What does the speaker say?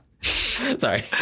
Sorry